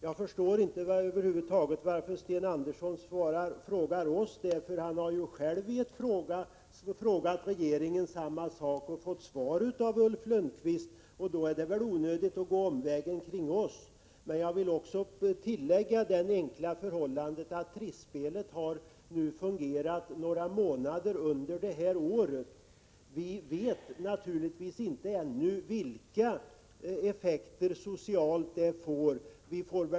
Jag förstår över huvud taget inte varför Sten Andersson frågar oss det — han har ju själv frågat regeringen samma sak och fått svar av Ulf Lönnqvist. Då är det väl onödigt att gå omvägen över oss. Låt mig framhålla att Trisspelet bara har fungerat några månader i år. Vi vet naturligtvis ännu inte vilka sociala effekter det får.